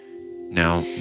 now